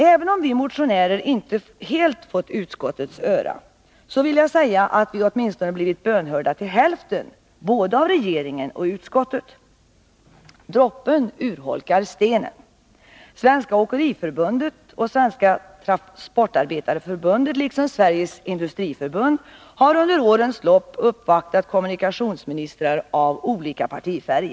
Även om vi motionärer inte helt fått utskottets öra, vill jag säga att vi blivit bönhörda till hälften både av regeringen och av utskottet. Droppen urholkar stenen. Svenska åkeriförbundet, Svenska transportarbetareförbundet och Sveriges industriförbund har under årens lopp uppvaktat kommunikationsministrar av olika partifärg.